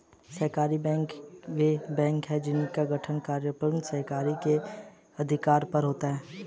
सहकारी बैंक वे बैंक हैं जिनका गठन और कार्यकलाप सहकारिता के आधार पर होता है